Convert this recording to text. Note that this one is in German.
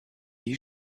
die